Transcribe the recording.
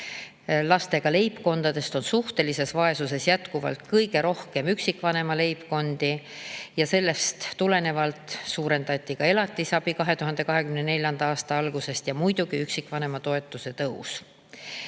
Lastega leibkondadest on suhtelises vaesuses jätkuvalt kõige rohkem üksikvanema leibkondi ja sellest tulenevalt suurendati 2024. aasta algusest elatisabi, tõusis ka üksikvanema toetus. Kui